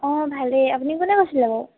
অঁ ভালেই আপুনি কোনে কৈছিলে বাৰু